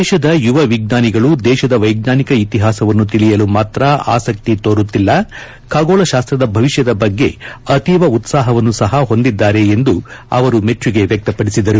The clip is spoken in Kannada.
ದೇಶದ ಯುವ ವಿಜ್ಞಾನಿಗಳು ದೇಶದ ವೈಜ್ಞಾನಿಕ ಇತಿಹಾಸವನ್ನು ತಿಳಿಯಲು ಮಾತ್ರ ಆಸಕ್ತಿ ತೋರುತ್ತಿಲ್ಲ ಖಗೋಳ ಶಾಸ್ತ್ರದ ಭವಿಷ್ಯದ ಬಗ್ಗೆ ಅತೀವ ಉತ್ಪಾಹವನ್ನು ಸಹ ಹೊಂದಿದ್ದಾರೆ ಎಂದು ಅವರು ಮೆಚ್ಚುಗೆ ವ್ಯಕ್ತಪದಿಸಿದರು